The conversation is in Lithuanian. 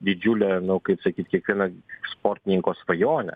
didžiulė nu kaip sakyt kiekviena sportininko svajonė